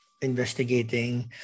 investigating